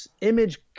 image